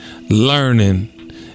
learning